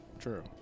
True